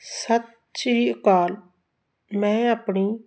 ਸਤਿ ਸ਼੍ਰੀ ਅਕਾਲ ਮੈਂ ਆਪਣੀ